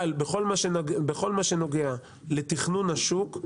אבל בכל מה שנוגע לתכנון השוק,